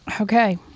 okay